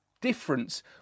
difference